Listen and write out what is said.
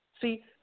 see